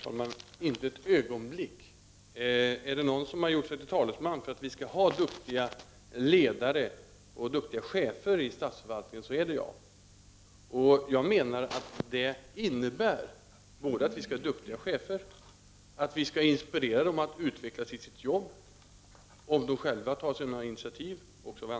Herr talman! Det gör jag inte ett ögonblick. Om det är någon som har gjort sig till talesman för att vi skall ha duktiga ledare och chefer i statsförvaltningen är det jag. Det innebär både att vi skall ha duktiga chefer och att vi skall inspirera dem att utvecklas i sitt jobb, särskilt om de själva tar sådana initiativ.